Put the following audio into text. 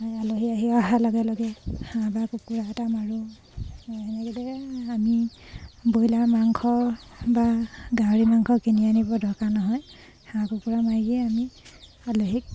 আলহী আহি অহাৰ লগে লগে হাঁহ বা কুকুৰা এটা মাৰোঁ এনেকে লৈ আমি ব্ৰইলাৰ মাংস বা গাহৰি মাংস কিনি আনিব দৰকাৰ নহয় হাঁহ কুকুৰা মাৰিয়ে আমি আলহীক